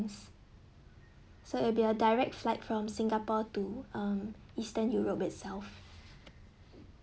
so it'll be a direct flight from singapore to um eastern europe itself